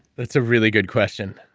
that's a really good question.